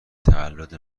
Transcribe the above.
تولد